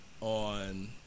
on